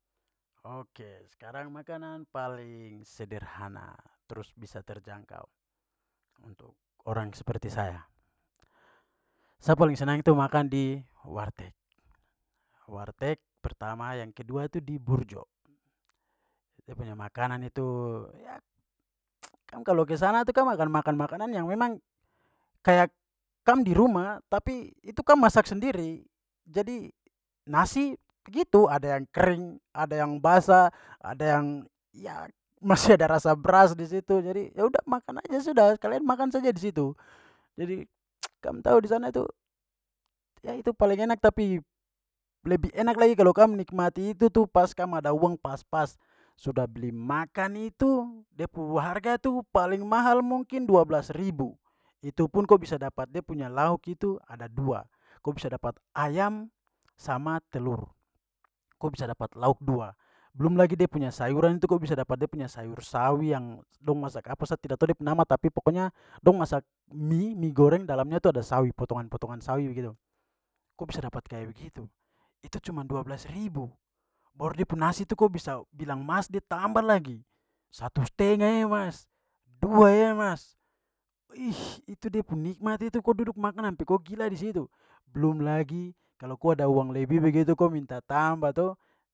Ok, sekarang makanan paling sederhana trus bisa terjangkau untuk orang seperti saya. Sa paling senang itu makan di warteg, warteg, pertama, yang kedua tu di burjo. Dia punya makanan itu ya kam kalo ke sana tu kam akan makan makanan yang memang kayak kam di rumah tapi itu kam masak sendiri. Jadi nasi begitu ada yang kering, ada yang basah, ada yang ya masih ada rasa beras di situ. Jadi ya udah makan aja sudah. Kalian makan saja di situ. Jadi kam tahu di sana tu ya itu paling enak tapi lebih enak lagi kalo kam nikmati itu tu pas kam ada uang pas-pas. Sudah beli makan itu da pu harga tu paling mahal mungkin dua belas ribu. Itu pun ko bisa dapat de punya lauk itu ada dua, ko bisa dapat ayam sama telur. Ko bisa dapat lauk dua. Belum lagi de punya sayuran tu ko bisa dapat da punya sayur sawi yang dong masak apa sa tidak tahu da pu nama tapi pokoknya dong masak mie- mie goreng dalamnya tu ada sawi, potongan-potongan sawi begitu. Ko bisa dapat kayak begitu. Itu cuman dua belas ribu. Baru da pu nasi tu ko bisa bilang mas da tamba lagi, satu setengah e, mas, dua ya, mas, ih, itu da pu nikmat itu ko duduk makan sampai ko gila di situ. Belum lagi kalo ko ada uang lebih begitu ko minta tamba to.